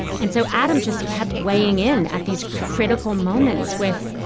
and so adam just kept weighing in at these critical moments with,